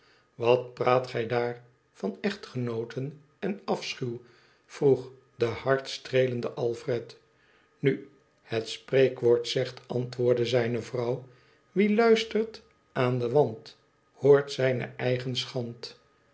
wat praat gij daar van echtgenooten en afschuw vroeg de hartenstreelende alfred nu het spreekwoord zegt antwoordde zijne vrouw wie luistert aan den wand hoort zijn eigen